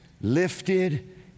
lifted